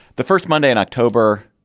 the first monday in october